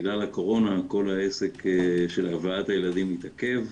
בגלל הקורונה כל העסק של הבאת הילדים מתעכב,